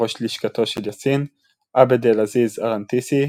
ראש לשכתו של יאסין; עבד אל-עזיז א-רנתיסי,